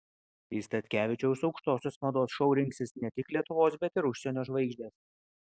į statkevičiaus aukštosios mados šou rinksis ne tik lietuvos bet ir užsienio žvaigždės